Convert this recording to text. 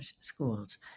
schools